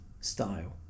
style